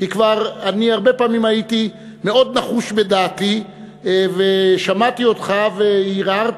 כי כבר אני הרבה פעמים הייתי מאוד נחוש בדעתי ושמעתי אותך והרהרתי,